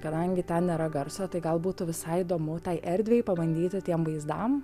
kadangi ten nėra garso tai gal būtų visai įdomu tai erdvei pabandyti tiem vaizdam